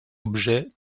objets